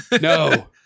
No